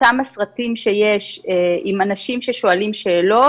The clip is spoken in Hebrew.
אותם הסרטים שיש עם אנשים ששואלים שאלות.